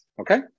Okay